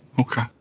Okay